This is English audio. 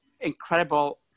incredible